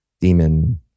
demon